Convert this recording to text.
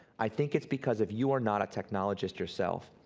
i think it's because if you are not a technologist yourself,